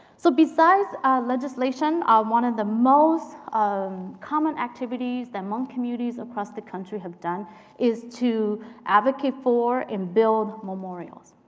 so besides legislation, one of the most um common activities that hmong communities across the country have done is to advocate for and build memorials,